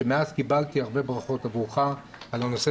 שמאז קיבלתי הרבה ברכות עבורך על הנושא